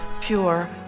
pure